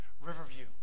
Riverview